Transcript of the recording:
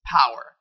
power